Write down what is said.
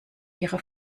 ihre